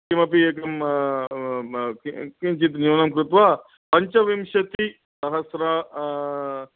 किमपि एकं किञ्चित् न्यूनं कृत्वा पञ्चविंशतिसहस्र